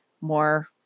more